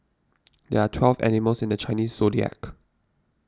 there are twelve animals in the Chinese zodiac